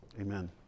amen